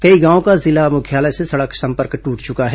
कई गांवों का जिला मुख्यालय से सड़क संपर्क टूट चुका है